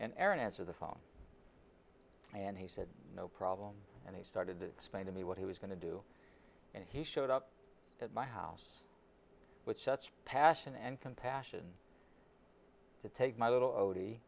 aaron answer the phone and he said no problem and he started to explain to me what he was going to do and he showed up at my house with such passion and compassion to take my little o